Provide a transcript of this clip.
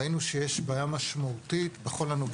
בהמשך הדרך ראינו שיש בעיה משמעותית בכל הנוגע